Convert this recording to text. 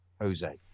Jose